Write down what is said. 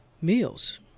meals